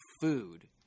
food